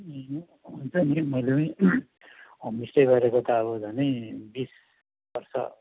ए हुन्छ नि मैले पनि होमस्टे गरेको त अब झन्डै बिस वर्ष